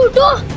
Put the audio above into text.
go